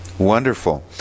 Wonderful